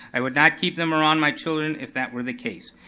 and would not keep them around my children if that were the case.